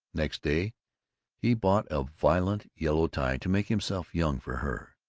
next day he bought a violent yellow tie, to make himself young for her.